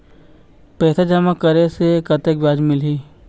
पैसा जमा करे से कतेक ब्याज मिलही?